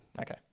okay